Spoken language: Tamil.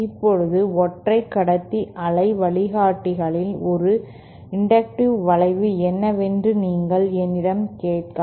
இப்போது ஒற்றை கடத்தி அலை வழிகாட்டிகளில் ஒரு இன்டக்டிவ் விளைவு என்னவென்று நீங்கள் என்னிடம் கேட்கலாம்